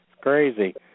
crazy